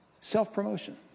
Self-promotion